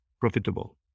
profitable